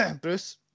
Bruce